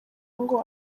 ngo